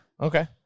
Okay